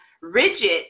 rigid